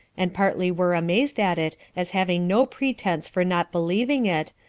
and partly were amazed at it, as having no pretense for not believing it,